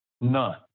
none